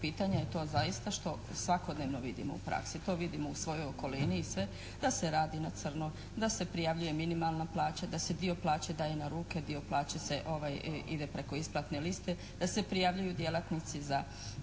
pitanja je to zaista što svakodnevno vidimo u praksi. To vidimo u svojoj okolini i sve da se radi na crno, da se prijavljuje minimalna plaća, da se dio plaće daje na ruke, dio plaće ide preko isplatne liste, da se prijavljuju djelatnici na